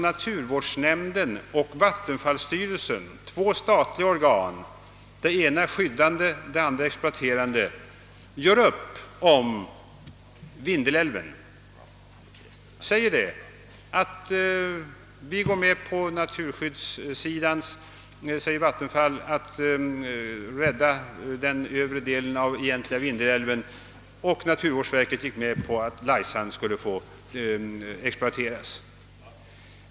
<:Naturvårdsnämnden och vattenfallshämnden — två statliga organ, det ena skyddande, det andra exploaterande — gjorde upp om Vindelälven. Från vattenfallsverkets sida sades, att det godtog naturskyddssidans krav att övre delen av den egentliga Vindelälven skall räddas, och naturvårdsnämnden för sin del gick med på att Laisälven skulle få exploateras.